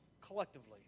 collectively